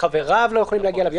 וחבריו לא יכולים להגיע אליו.